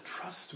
trust